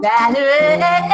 Valerie